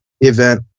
event